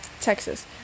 Texas